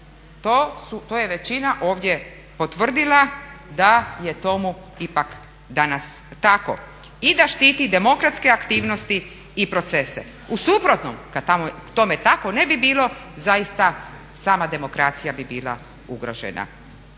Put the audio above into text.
To je većina ovdje potvrdila da je tomu ipak danas tako. I da štiti demokratske aktivnosti i procese. U suprotnom kad tome tako ne bi bilo zaista sama demokracija bi bila ugrožena.